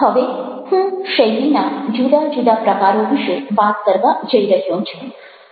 હવે હું શૈલીના જુદા જુદા પ્રકારો વિશે વાત કરવા જઈ રહ્યો છું